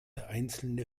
einzelne